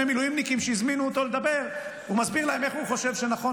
מילואימניקים שהזמינו אותו לדבר הוא מסביר להם איך הוא חושב שנכון,